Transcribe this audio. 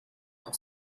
noch